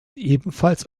ebenfalls